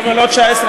למה לא 19?